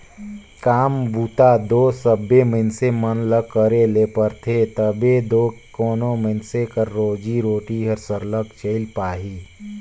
काम बूता दो सबे मइनसे मन ल करे ले परथे तबे दो कोनो मइनसे कर रोजी रोटी हर सरलग चइल पाही